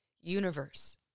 universe